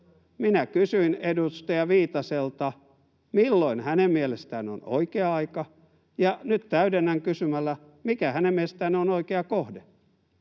Minä kysyin edustaja Viitaselta, milloin hänen mielestään on oikea aika, ja nyt täydennän kysymällä, mikä hänen mielestään on oikea kohde.